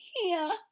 here